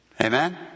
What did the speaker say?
Amen